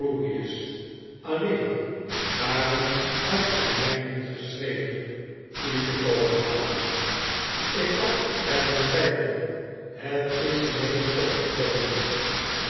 alleen waarom hebt gg miy niet geschreven u te komen halen eene vlucht jk had er geen tijd toe het is in eens opgekomen